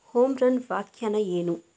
home run ವ್ಯಾಖ್ಯಾನ ಏನು